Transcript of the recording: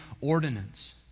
ordinance